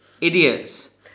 Idiots